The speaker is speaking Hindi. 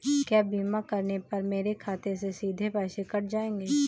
क्या बीमा करने पर मेरे खाते से सीधे पैसे कट जाएंगे?